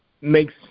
makes